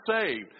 saved